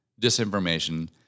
disinformation